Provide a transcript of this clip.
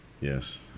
Yes